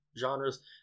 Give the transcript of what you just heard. Genres